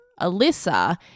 Alyssa